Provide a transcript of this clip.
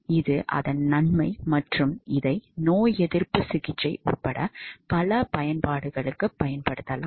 இது அதன் நன்மை மற்றும் இதை நோயெதிர்ப்பு சிகிச்சை உட்பட பல பயன்பாடுகளுக்கு பயன்படுத்தப்படலாம்